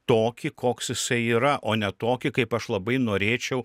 tokį koks jisai yra o ne tokį kaip aš labai norėčiau